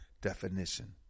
definition